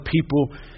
people